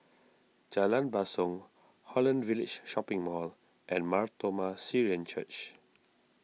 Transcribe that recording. Jalan Basong Holland Village Shopping Mall and Mar Thoma Syrian Church